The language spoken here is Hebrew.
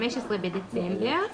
15 בדצמבר,